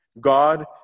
god